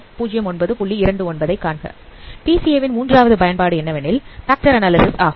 PCA விண் மூன்றாவது பயன்பாடு என்னவெனில் பேக்டர் அனாலிசிஸ் ஆகும்